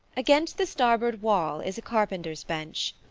against the starboard wall is a carpenter's bench.